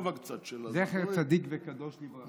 זכר צדיק וקדוש לברכה.